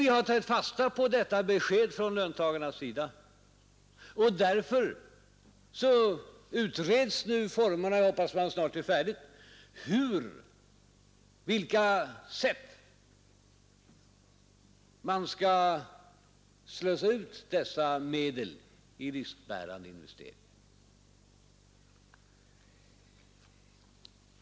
Vi har tagit fasta på detta besked från löntagarna, och därför utreds nu — jag hoppas att den utredningen snart är färdig — på vilka sätt man skall slussa ut dessa medel i riskbärande investeringar.